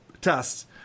tests